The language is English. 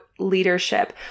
leadership